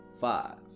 five